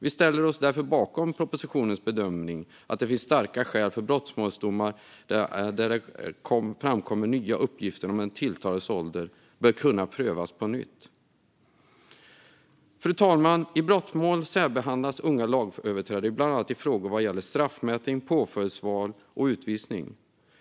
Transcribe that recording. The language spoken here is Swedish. Vi ställer oss därför bakom bedömningen i propositionen om att det finns starka skäl för att brottmålsdomar där det framkommer nya uppgifter om den tilltalades ålder bör kunna prövas på nytt. Fru talman! I brottmål särbehandlas unga lagöverträdare bland annat i fråga om straffmätning, påföljdsval och utvisning.